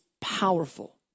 powerful